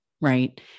right